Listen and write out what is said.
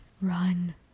Run